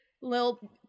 little